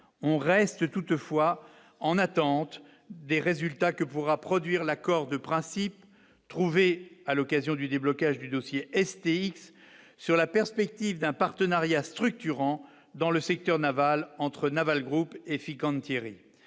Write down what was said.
on reste toutefois en attente des résultats que pourra produire l'accord de principe trouver à l'occasion du déblocage du dossier STX sur la perspective d'un partenariat structurant dans le secteur Naval entre Naval groupe Efic entière